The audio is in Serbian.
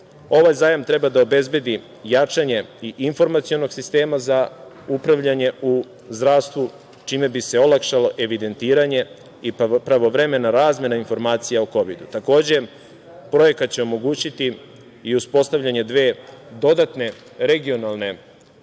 zajam treba da obezbedi jačanje i informacionog sistema za upravljanje u zdravstvu, čime bi se olakšalo evidentiranje i pravovremena razmena informacija o Kovidu. Takođe, projekat će omogućiti i uspostavljanje dve dodatne regionalne